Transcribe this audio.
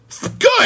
Good